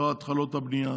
לא התחלות הבנייה